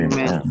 Amen